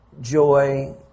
joy